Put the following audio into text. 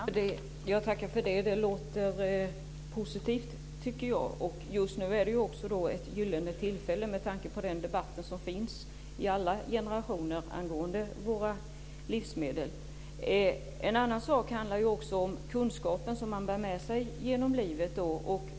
Fru talman! Jag tackar för det. Det låter positivt, tycker jag. Just nu är det också ett gyllene tillfälle med tanke på den debatt som finns i alla generationer angående våra livsmedel. En annan sak handlar ju om den kunskap som man bär med sig genom livet.